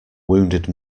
wounded